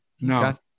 No